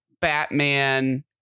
Batman